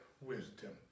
wisdom